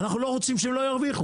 אנחנו לא רוצים שהם לא ירוויחו,